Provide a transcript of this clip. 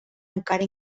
encara